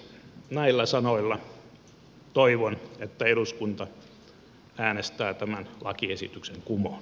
näillä sanoilla toivon että eduskunta äänestää tämän lakiesityksen kumoon